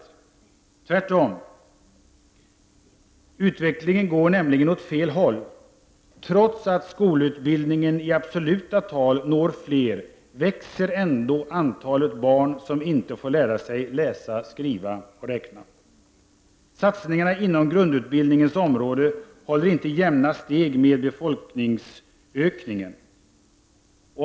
Tyvärr är det tvärtom! Utvecklingen går nämligen åt fel håll. Trots att skolutbildningen i absoluta tal når fler växer ändå antalet barn som inte får lära sig läsa, skriva och räkna. Satsningarna inom grundutbildningens område håller inte jämna steg med befolkningsökningen.